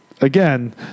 again